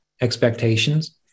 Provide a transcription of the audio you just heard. expectations